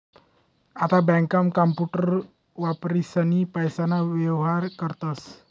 आता बँकांमा कांपूटर वापरीसनी पैसाना व्येहार करतस